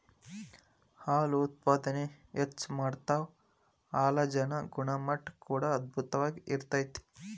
ಹಾಲು ಉತ್ಪಾದನೆ ಹೆಚ್ಚ ಮಾಡತಾವ ಹಾಲಜನ ಗುಣಮಟ್ಟಾ ಕೂಡಾ ಅಧ್ಬುತವಾಗಿ ಇರತತಿ